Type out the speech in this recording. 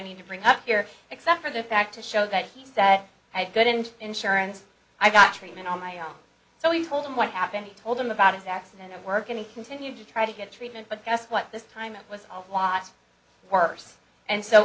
need to bring up here except for the fact to show that he said that i didn't insurance i got treatment on my own so he told them what happened he told them about his accident at work and he continued to try to get treatment but guess what this time it was all watts worse and so